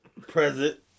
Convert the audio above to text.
Present